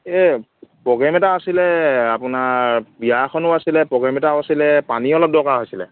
এই প্ৰগ্ৰেম এটা আছিলে আপোনাৰ বিয়া এখনো আছিলে প্ৰগ্ৰেম এটাও আছিলে পানী অলপ দৰকাৰ হৈছিলে